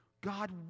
God